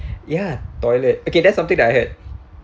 ya toilet okay that's something that I had